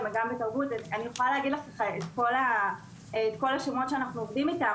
אני יכולה להגיד את כל השמות של הארגונים שאנחנו עובדים איתם,